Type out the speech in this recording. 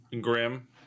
grim